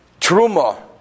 truma